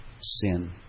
sin